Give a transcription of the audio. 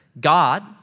God